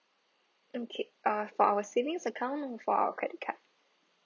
okay ah for our savings account or for our credit card